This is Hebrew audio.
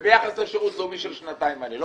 וביחס לשירות לאומי של שנתיים, גם